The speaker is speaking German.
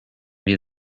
wir